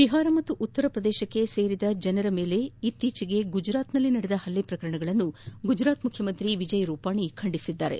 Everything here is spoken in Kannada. ಬಿಹಾರ ಹಾಗೂ ಉತ್ತರ ಪ್ರದೇಶಕ್ಕೆ ಸೇರಿದ ಜನರ ಮೇಲೆ ಇತ್ತೀಚೆಗೆ ಗುಜರಾತ್ನಲ್ಲಿ ನಡೆದ ಹಲ್ಲೆ ಪ್ರಕರಣಗಳನ್ನು ಗುಜರಾತ್ ಮುಖ್ಯಮಂತ್ರಿ ವಿಜಯ್ ರೂಪಾನಿ ಖಂಡಿಸಿದ್ದಾರೆ